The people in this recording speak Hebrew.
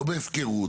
לא בהפקרות,